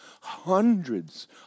hundreds